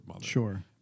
Sure